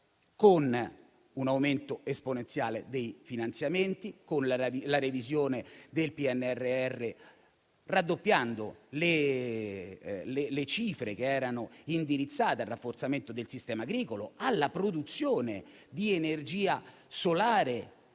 con un aumento esponenziale dei finanziamenti, con la revisione del PNRR, raddoppiando le cifre che erano indirizzate al rafforzamento del sistema agricolo, alla produzione di energia solare,